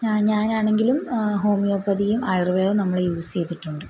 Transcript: ഞാ ഞാനാണെങ്കിലും ഹോമിയോപതിയും ആയുർവേദവും നമ്മള് യൂസ് ചെയ്തിട്ടുണ്ട്